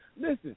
listen